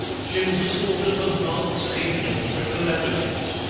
she was a sort of advance-agent for calamities.